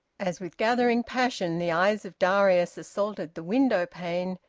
as with gathering passion the eyes of darius assaulted the window-pane,